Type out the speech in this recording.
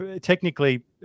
technically